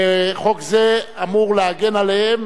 חוק זה אמור להגן עליהם.